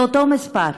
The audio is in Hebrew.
זה אותו מספר,